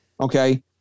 okay